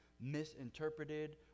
misinterpreted